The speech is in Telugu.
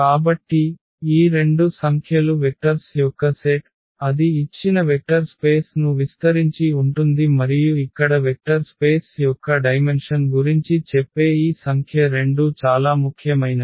కాబట్టి ఈ రెండు సంఖ్యలు వెక్టర్స్ యొక్క సెట్ అది ఇచ్చిన వెక్టర్ స్పేస్ ను విస్తరించి ఉంటుంది మరియు ఇక్కడ వెక్టర్ స్పేస్ యొక్క డైమెన్షన్ గురించి చెప్పే ఈ సంఖ్య రెండూ చాలా ముఖ్యమైనవి